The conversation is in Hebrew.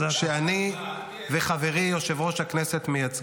אבל מותר,